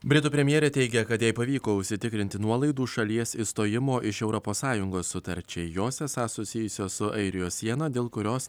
britų premjerė teigia kad jai pavyko užsitikrinti nuolaidų šalies išstojimo iš europos sąjungos sutarčiai jos esą susijusios su airijos siena dėl kurios